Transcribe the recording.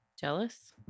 Jealous